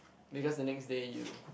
because the next day you